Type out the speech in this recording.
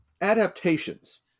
adaptations